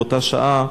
באותה שעה,